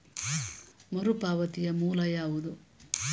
ಮರುಪಾವತಿಯ ಮೂಲ ಯಾವುದು?